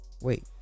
wait